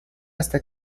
hasta